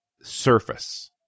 Surface